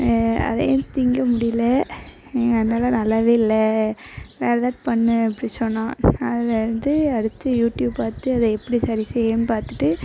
அதையும் திங்க முடியல எங்கள் அண்ணன்லாம் நல்லா இல்லை வேறு ஏதாவது பண்ணு அப்படி சொன்னான் அதுலேருந்து அடுத்து யூடியூப் பார்த்து அதை எப்படி சரி செய்யணும் பார்த்துட்டு